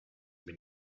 have